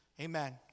Amen